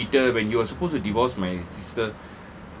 you look at peter when he was supposed to divorce my sister